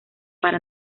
para